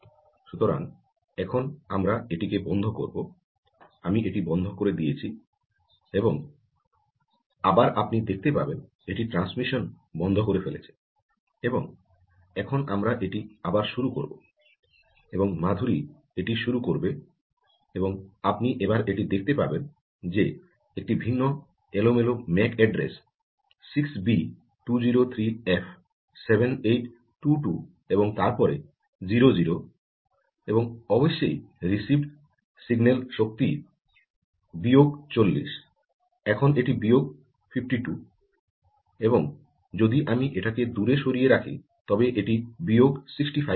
সুতরাং এখন আমরা এটিকে বন্ধ করব আমি এটি বন্ধ করে দিয়েছি এবং আবার আপনি দেখতে পাবেন এটি ট্রানস্মিশন বন্ধ করে ফেলেছে এবং এখন আমরা এটি আবার শুরু করব এবং মাধুরী এটি শুরু করবে এবং আপনি এবার এটি দেখতে পাবেন যে একটি ভিন্ন এলোমেলো ম্যাক অ্যাড্রেস 6 বি 203 এফ 7822 এবং তারপরে 0 0 এবং অবশ্যই রিসিভড সিগন্যাল শক্তি বিয়োগ 40 এখন এটি বিয়োগ 52 এবং যদি আমি এটিকে দূরে সরিয়ে রাখি তবে এটি বিয়োগ 65 হচ্ছে